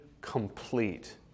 complete